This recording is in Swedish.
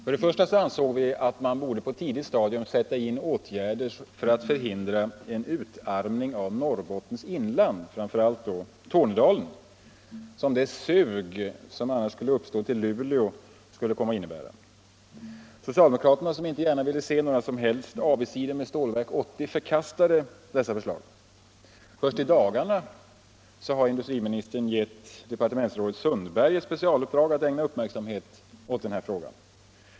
Först och främst ansåg vi att man borde på tidigt stadium sätta in åtgärder för att förhindra den utarmning av Norrbottens inland, framför allt Tornedalen, som suget till Luleå annars skulle komma att innebära. Socialdemokraterna, som inte gärna ville se några som helst avigsidor med Stålverk 80, förkastade detta förslag. Först i dagarna har industriministern gett departementsrådet Sundberg ett specialuppdrag att ägna uppmärksamhet åt denna fråga.